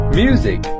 music